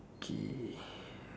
K